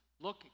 look